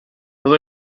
todo